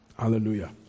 Hallelujah